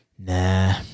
Nah